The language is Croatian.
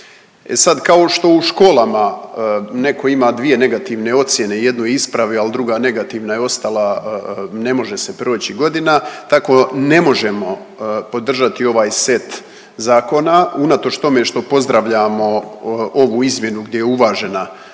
sad kao što u školama neko ima dvije negativne ocjene, jednu je ispravio, ali druga negativna je ostala ne može se proći godina, tako ne možemo podržati ovaj set zakona, unatoč tome što pozdravljamo ovu izmjenu gdje je uvažena naša